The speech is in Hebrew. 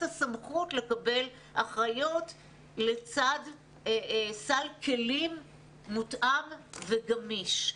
הסמכות לקבל אחריות לצד סל כלים מותאם וגמיש.